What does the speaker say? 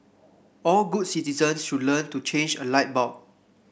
all good citizens should learn to change a light bulb